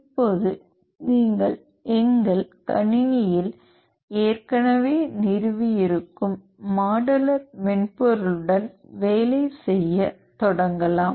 இப்போது நீங்கள் எங்கள் கணினியில் ஏற்கனவே நிறுவியிருக்கும் மாடலர் மென்பொருளுடன் வேலை செய்யத் தொடங்கலாம்